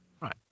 Right